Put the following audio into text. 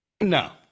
no